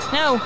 no